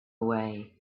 away